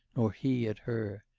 nor he at her.